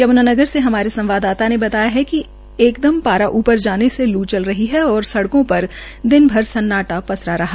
यम्नानगर से हमारे संवाददाता ने बताया कि एकदम पारा ऊप्र लाने से लू चल रही है और सड़कों पर दिनभर सन्नाटा पसरा रहा